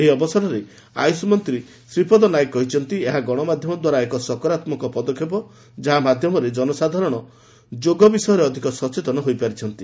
ଏହି ଅବସରରେ ଆୟୁଷ ମନ୍ତ୍ରୀ ଶ୍ରୀପଦ ନାୟକ କହିଛନ୍ତି ଏହା ଗଣମାଧ୍ୟମ ଦ୍ୱାରା ଏକ ସକରାତ୍ମକ ପଦକ୍ଷେପ ଯାହା ମାଧ୍ୟମରେ ସାଧାରଣ ଜନତା ଯୋଗ ବିଷୟରେ ଅଧିକ ସଚେତନ ହୋଇପାରିଛନ୍ତି